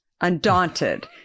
undaunted